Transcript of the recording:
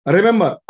Remember